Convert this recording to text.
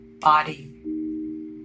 body